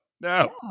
No